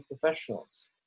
professionals